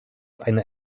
einer